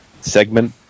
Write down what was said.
segment